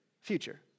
Future